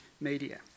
media